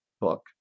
book